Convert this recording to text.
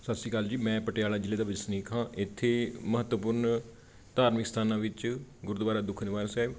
ਸਤਿ ਸ਼੍ਰੀ ਅਕਾਲ ਜੀ ਮੈਂ ਪਟਿਆਲਾ ਜ਼ਿਲ੍ਹੇ ਦਾ ਵਸਨੀਕ ਹਾਂ ਇੱਥੇ ਮਹੱਤਵਪੂਰਨ ਧਾਰਮਿਕ ਸਥਾਨਾਂ ਵਿੱਚ ਗੁਰਦੁਆਰਾ ਦੂਖਨਿਵਾਰਨ ਸਾਹਿਬ